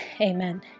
amen